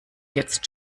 jetzt